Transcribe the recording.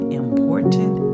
important